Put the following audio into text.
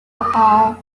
all